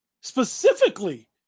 specifically